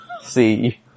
See